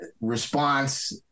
response